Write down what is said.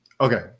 Okay